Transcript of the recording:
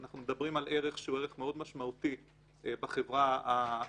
אנחנו מדברים על ערך שהוא ערך מאוד משמעותי בחברה הפלסטינית,